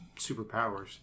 superpowers